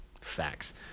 Facts